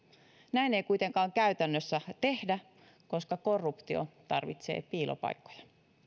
näin ei kuitenkaan käytännössä tehdä koska korruptio tarvitsee piilopaikkoja